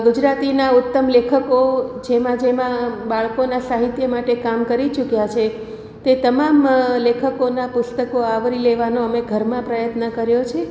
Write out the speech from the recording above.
ગુજરાતીના ઉત્તમ લેખકો જેમાં જેમાં બાળકોના સાહિત્ય માટે કામ કરી ચૂક્યા છે તે તમામ લેખકોના પુસ્તકો આવરી લેવાનો અમે ઘરમાં પ્રયત્ન કર્યો છે